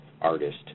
artist